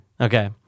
Okay